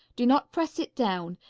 do not press it down,